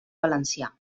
valencià